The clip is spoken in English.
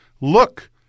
Look